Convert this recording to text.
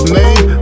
name